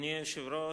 אדוני היושב-ראש,